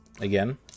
again